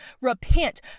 repent